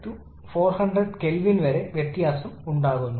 4 എടുക്കുകയാണെങ്കിൽ ഈ പ്രത്യേക വരി നമുക്ക് ലഭിക്കും